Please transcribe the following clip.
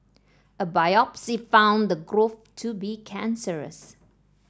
a biopsy found the growth to be cancerous